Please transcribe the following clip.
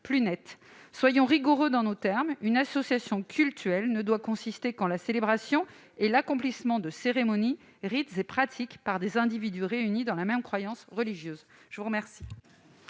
Soyons rigoureux dans nos termes : une association cultuelle ne doit viser que la célébration et l'accomplissement de cérémonies, rites et pratiques par des individus réunis dans la même croyance religieuse. L'amendement